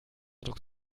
druck